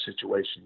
situation